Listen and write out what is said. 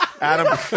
Adam